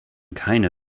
keine